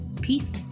peace